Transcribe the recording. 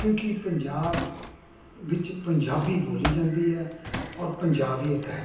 ਕਿਉਂਕਿ ਪੰਜਾਬ ਵਿੱਚ ਪੰਜਾਬੀ ਬੋਲੀ ਜਾਂਦੀ ਹੈ ਔਰ ਪੰਜਾਬੀਅਤ ਹੈ